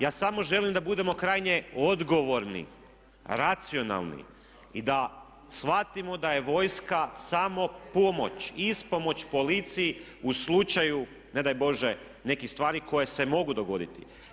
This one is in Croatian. Ja samo želim da budemo krajnje odgovorni, racionalni, da shvatimo da je vojska samo pomoć, ispomoć policiji u slučaju ne daj Bože nekih stvari koje se mogu dogoditi.